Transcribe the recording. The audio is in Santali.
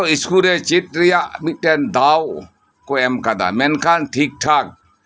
ᱡᱚᱛᱚ ᱥᱠᱩᱞ ᱨᱮ ᱪᱮᱫ ᱨᱮᱭᱟᱜ ᱢᱤᱫᱴᱮᱱ ᱫᱟᱣ ᱠᱚ ᱮᱢ ᱠᱟᱫᱟ ᱢᱮᱱᱠᱷᱟᱱ ᱴᱷᱤᱠ ᱴᱷᱟᱠ